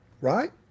right